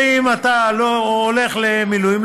ואם אתה הולך למילואים,